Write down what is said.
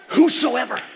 Whosoever